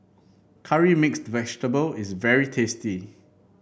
Curry Mixed Vegetable is very tasty